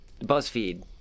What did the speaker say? Buzzfeed